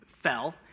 fell